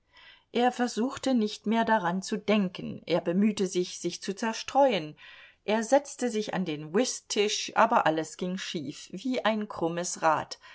er versuchte nicht mehr daran zu denken er bemühte sich sich zu zerstreuen er setzte sich an den whisttisch aber alles ging schief wie ein krummes rad